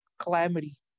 Calamity